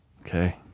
Okay